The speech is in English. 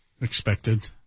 Expected